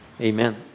Amen